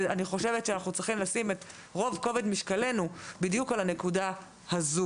אני חושבת שאנחנו צריכים לשים את רוב כובד משקלנו בדיוק על הנקודה הזו.